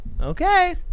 Okay